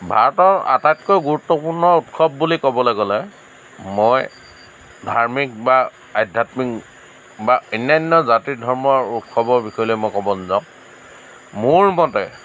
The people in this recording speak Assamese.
ভাৰতৰ আটাইতকৈ গুৰুত্বপূৰ্ণ উৎসৱ বুলি ক'বলৈ গ'লে মই ধাৰ্মিক বা আধ্যাত্মিক বা অন্যান্য জাতি ধৰ্মৰ উৎসৱৰ বিষয়লৈ মই ক'ব নাযাওঁ মোৰ মতে